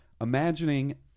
imagining